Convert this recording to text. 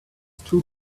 two